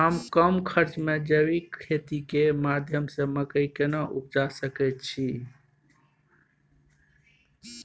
हम कम खर्च में जैविक खेती के माध्यम से मकई केना उपजा सकेत छी?